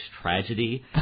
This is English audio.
tragedy